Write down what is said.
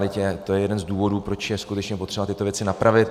To je jeden z důvodů, proč je skutečně potřeba tyto věci napravit.